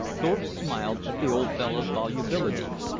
thorpe smiled at the old fellow's volubility.